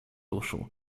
uszu